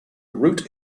root